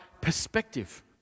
perspective